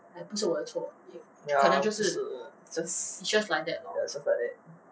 ya 不是 just it's just like that